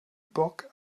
bock